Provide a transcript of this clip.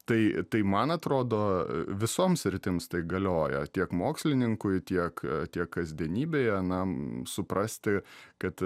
tai tai man atrodo visoms sritims tai galioja tiek mokslininkui tiek tiek kasdienybėje na suprasti kad